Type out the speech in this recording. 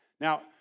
Now